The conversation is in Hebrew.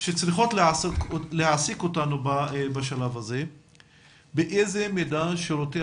שצריכות להעסיק אותנו בשלב הזה היא באיזו מידה שירותי